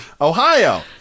Ohio